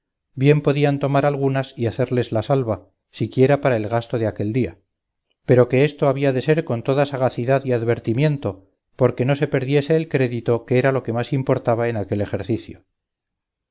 bien podían tomar algunas y hacerles la salva siquiera para el gasto de aquel día pero que esto había de ser con toda sagacidad y advertimiento porque no se perdiese el crédito que era lo que más importaba en aquel ejercicio